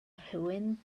rhywun